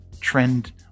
trend